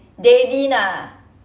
davin ah